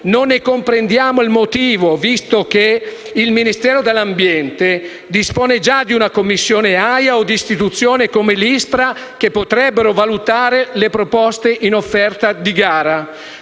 Non ne comprendiamo il motivo, visto che il Ministero dell'ambiente dispone già di una commissione AIA o di istituzioni come l'ISPRA, che potrebbero valutare le proposte in offerta di gara.